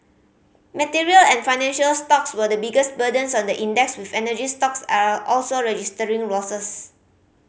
material and financial stocks were the biggest burdens on the index with energy stocks are also registering losses